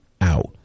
out